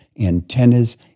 antennas